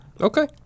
Okay